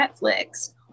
Netflix